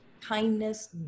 kindness